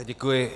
Děkuji.